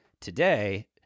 today